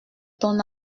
ton